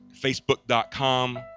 facebook.com